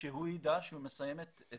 שהוא ידע שהוא מסיים את